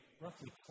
roughly